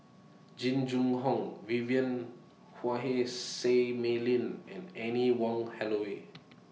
Jing Jun Hong Vivien Quahe Seah Mei Lin and Anne Wong Holloway